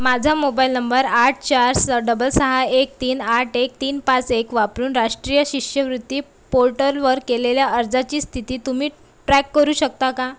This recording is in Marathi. माझा मोबाईल नंबर आठ चार स डबल सहा एक तीन आठ एक तीन पाच एक वापरून राष्ट्रीय शिष्यवृत्ती पोर्टलवर केलेल्या अर्जाची स्थिती तुम्ही ट्रॅक करू शकता का